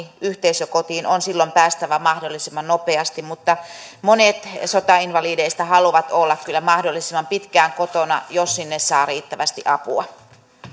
yhteisökotiin on päästävä mahdollisimman nopeasti mutta monet sotainvalideista haluavat olla kyllä mahdollisimman pitkään kotona jos sinne saa riittävästi apua